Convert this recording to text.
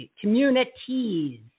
communities